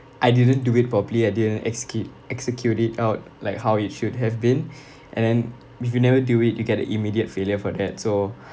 I didn't do it properly I didn't excute~ execute it out like how it should have been and then if you never do it you get a immediate failure for that so